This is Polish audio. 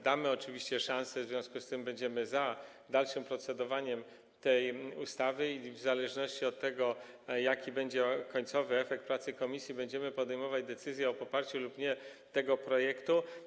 Damy oczywiście szansę, w związku z tym będziemy za dalszym procedowaniem tej ustawy i w zależności od tego, jaki będzie końcowy efekt pracy komisji, będziemy podejmować decyzję o poparciu lub nie tego projektu.